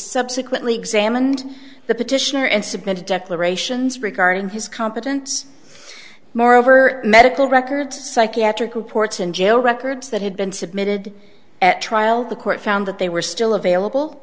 subsequently examined the petitioner and submitted declarations regarding his competence moreover medical records psychiatric reports and jail records that had been submitted at trial the court found that they were still available